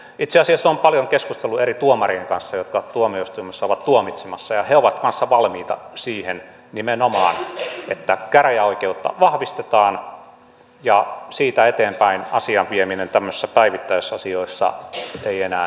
itse asiassa olen paljon keskustellut eri tuomarien kanssa jotka tuomioistuimissa ovat tuomitsemassa ja he ovat kanssa valmiita nimenomaan siihen että käräjäoikeutta vahvistetaan ja siitä eteenpäin asian vieminen tämmöisissä päivittäisasioissa ei enää etenisikään